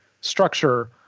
structure